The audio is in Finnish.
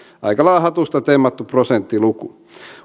aika lailla hatusta temmattu prosenttiluku